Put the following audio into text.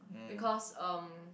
because um